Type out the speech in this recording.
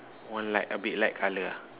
one like a bit light colour ah